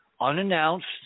unannounced